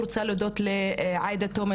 רוצה להודות לעאידה תומא,